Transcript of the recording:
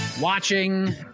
watching